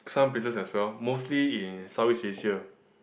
some places as well mostly in South East Asia